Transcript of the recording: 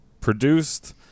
produced